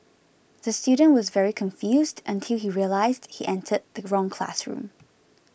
the student was very confused until he realised he entered the wrong classroom